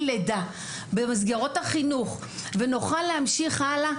לידה במסגרות החינוך ונוכל להמשיך הלאה,